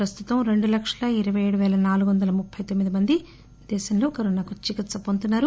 ప్రస్తుతం రెండు లక్షల ఇరవై ఏడు పేల నాలుగు వందల ముప్పై తొమ్మిది మంది దేశంలో కరోనా కు చికిత్స వొందుతున్నారు